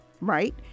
right